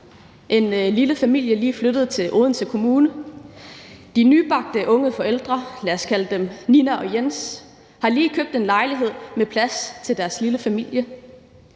en lille familie, der lige er flyttet til Odense Kommune. De nybagte unge forældre – lad os kalde dem Nina og Jens – har lige købt en lejlighed med plads til deres lille familie.